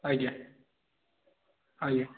ଆଜ୍ଞା ଆଜ୍ଞା